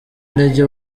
intege